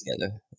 together